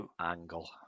Angle